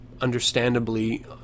understandably